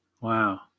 wow